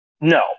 No